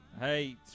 Hey